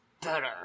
better